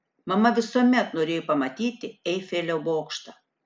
mama visuomet norėjo pamatyti eifelio bokštą